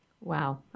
Wow